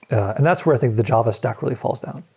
and that's where i think the java stack really falls down,